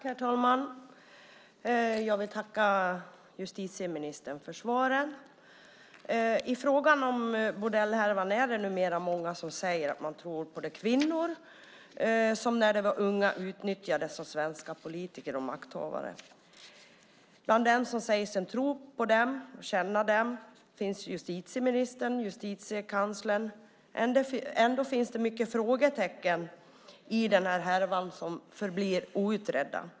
Herr talman! Jag vill tacka justitieministern för svaret. I fråga om bordellhärvan är det numera många som säger att man tror på de kvinnor som när de var unga utnyttjades av svenska politiker och makthavare. Bland dem som säger sig tro dem och känna med dem finns justitieministern och Justitiekanslern. Ändå finns det många frågetecken i den här härvan som förblir outredda.